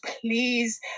please